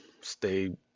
stay